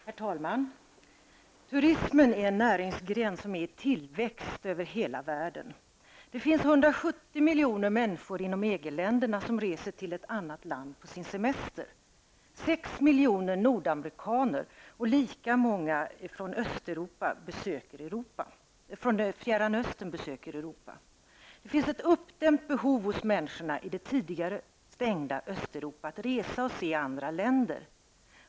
Herr talman! Turismen är en näringsgren som är i tillväxt över hela världen. Det finns 170 miljoner människor inom EG-länderna som reser till ett annat land under sin semester. Sex miljoner nordamerikaner och lika många turister från Fjärran Östern besöker Europa. Det finns ett uppdämt behov hos människorna i det tidigare stängda Östeuropa att resa och se andra länder.